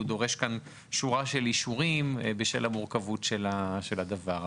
והוא דורש שורה של אישורים בשל המורכבות של הדבר.